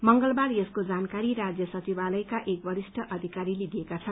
मंगलबार यसको जानकारी राज्य सचिवालयका एक वरिष्ठ अधिकारीले दिएका छन्